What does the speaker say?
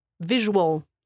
visual